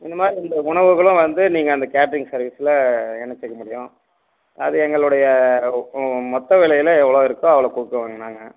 இந்த மாதிரி இந்த உணவுகளும் வந்து நீங்கள் அந்த கேட்ரிங் சர்வீஸில் இணைச்சுக்க முடியும் அது எங்களுடைய மொத்த விலையில் எவ்வளோ இருக்கோ அவ்வளோ கொடுத்துடுவோங்க நாங்கள்